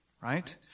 Right